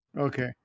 Okay